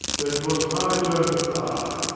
then twas my turne to fly,